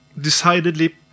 decidedly